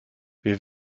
wir